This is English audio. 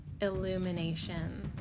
illumination